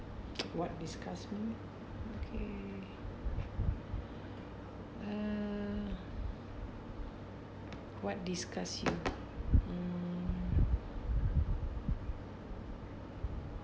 what disgust me okay uh what disgust you mm